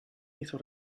hizo